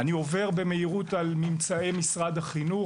אני עובר במהירות על ממצאי משרד החינוך.